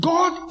God